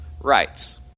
rights